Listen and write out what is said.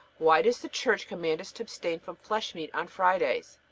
why does the church command us to abstain from flesh-meat on fridays?